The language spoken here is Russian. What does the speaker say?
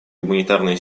гуманитарные